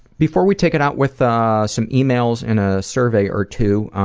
before we take it out with ah some emails and a survey or two, i